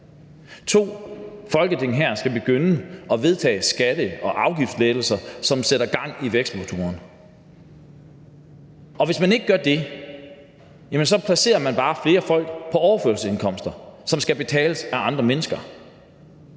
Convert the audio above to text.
Folketinget skal begynde at vedtage skatte- og afgiftslettelser, som sætter gang i vækstmotorerne. Hvis man ikke gør det, placerer man bare flere folk på overførselsindkomster, som skal betales af andre mennesker.